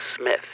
smith